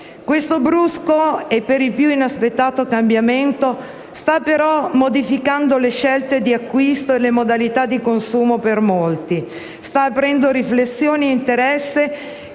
Questo brusco e per di più inaspettato cambiamento sta modificando le scelte di acquisto e le modalità di consumo per molti, aprendo riflessioni e interessi